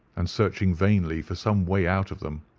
and searching vainly for some way out of them.